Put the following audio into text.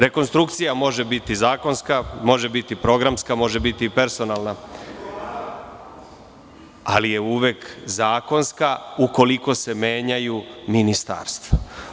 Rekonstrukcija može biti zakonska, programska, personalna, ali je uvek zakonska ukoliko se menjaju ministarstva.